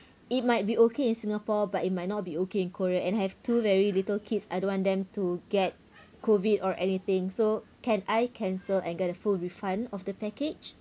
it might be okay in singapore but it might not be okay in korea and have two very little kids I don't want them to get COVID or anything so can I cancel and get a full refund of the package